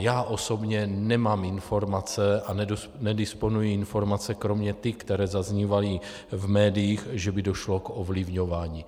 Já osobně nemám informace a nedisponuji informacemi kromě těch, které zaznívají v médiích, že by došlo k ovlivňování.